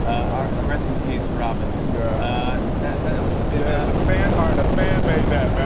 ah rest in peace, robin. yeah that that must have been fan art. a fan made that, man.